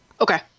Okay